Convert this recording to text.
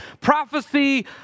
prophecy